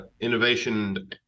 innovation